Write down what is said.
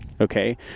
Okay